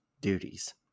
duties